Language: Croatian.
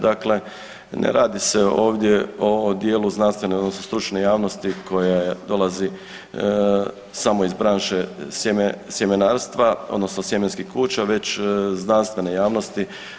Dakle, ne radi se ovdje o djelu znanstvene odnosno stručne javnosti koja dolazi samo iz branše smjenarstva odnosno sjemenskih kuća, već znanstvene javnosti.